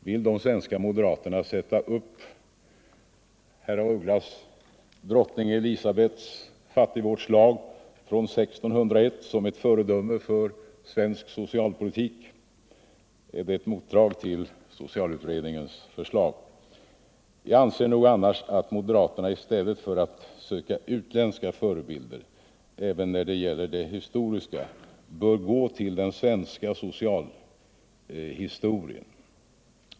Vill de svenska moderaterna sätta upp drottning Elisabets fattigvårdslag från 1601 som ett föredöme för svensk socialpolitik? Är det ett motdrag till socialutredningens förslag? Jag anser att moderaterna, i stället för att söka utländska förebilder även när det gäller de historiska sammanhangen, bör gå till den svenska socialhistorien.